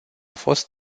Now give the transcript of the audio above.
fost